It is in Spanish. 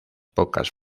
pocas